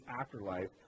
afterlife